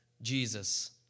Jesus